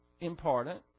important